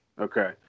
okay